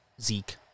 Zeke